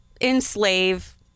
enslave